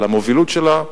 את המובילות שלה.